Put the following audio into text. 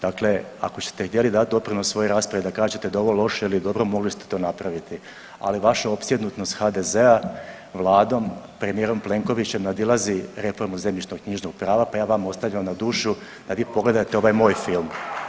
Dakle, ako ste htjeli dati doprinos svojoj raspravi da kažete da je ovo loše ili dobro mogli ste to napraviti, ali vaša opsjednutost HDZ-a, Vladom, premijerom Plenkovićem nadilazi reformu zemljišno-knjižnog prava, pa ja vama ostavljam na dušu da vi pogledate ovaj moj film.